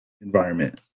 environment